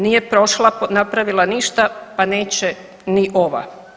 Nije prošla napravila ništa pa neće ni ova.